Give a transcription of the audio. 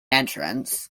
entrance